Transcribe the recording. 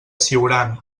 siurana